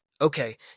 Okay